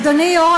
אדוני יו"ר